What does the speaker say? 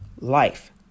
life